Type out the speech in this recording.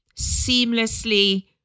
seamlessly